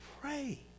pray